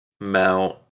Mount